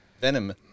venom